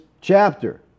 chapter